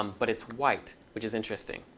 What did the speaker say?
um but it's white which is interesting.